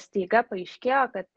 staiga paaiškėjo kad